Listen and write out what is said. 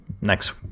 next